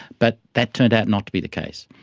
but that turned out not to be the case.